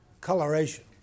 coloration